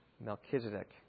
Melchizedek